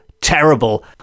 terrible